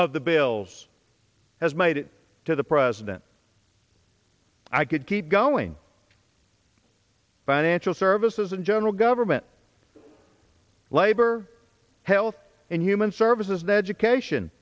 of the bills has made it to the president i could keep going by natural services in general government labor health and human services that education